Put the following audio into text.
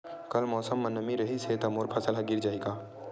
कल मौसम म नमी रहिस हे त मोर फसल ह गिर जाही का?